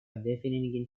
defining